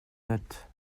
notes